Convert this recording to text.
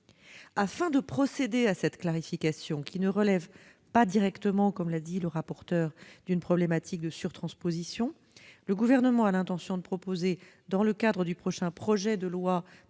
Afin de procéder à cette clarification, qui ne relève pas directement, comme l'a dit le rapporteur, d'une problématique de surtransposition, le Gouvernement a l'intention de proposer, dans le cadre du prochain projet de loi d'orientation